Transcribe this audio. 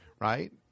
right